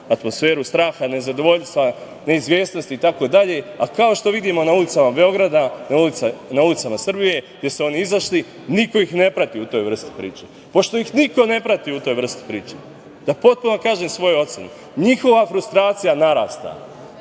atmosferu straha, nezadovoljstva, neizvesnosti itd. A kao što vidimo na ulicama Beograda, na ulicama Srbije gde su oni izašli, niko ih ne prati u toj vrsti priče. Pošto ih niko ne prati u toj vrsti priče, da potpuno kažem svoju ocenu, njihova frustracija narasta,